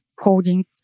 coding